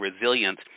resilience